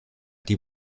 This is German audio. die